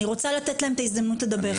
אני רוצה לתת להם את ההזדמנות לדבר.